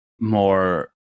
more